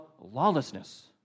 lawlessness